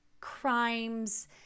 crimes